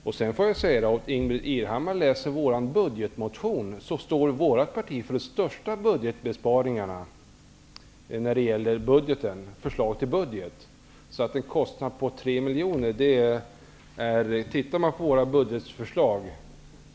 Om Ingbritt Irhammar läser vår budgetmotion, skall hon finna att vårt parti står för de största besparingarna.